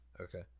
Okay